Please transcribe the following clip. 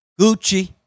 Gucci